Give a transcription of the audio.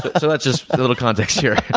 so that's just a little context here.